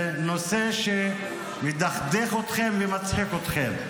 זה נושא שמדכדך אתכם ומצחיק אתכם.